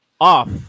Off